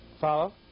Follow